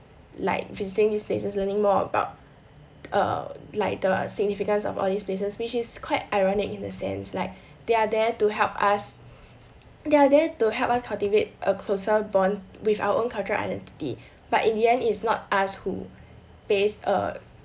like visiting these places learning more about uh like the significance of all these places which is quite ironic in the sense like they are there to help us there are there to help us cultivate a closer bond with our own culture identity but in the end it is not us who based err